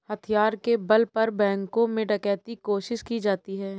हथियार के बल पर बैंकों में डकैती कोशिश की जाती है